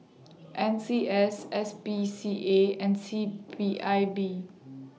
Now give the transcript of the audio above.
N C S S P C A and C P I B